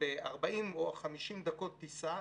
40 או 50 דקות טיסה,